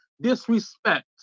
disrespect